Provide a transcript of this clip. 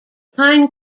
pine